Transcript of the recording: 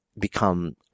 become